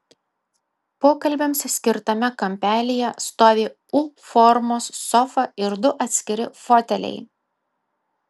pokalbiams skirtame kampelyje stovi u formos sofa ir du atskiri foteliai